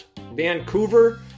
Vancouver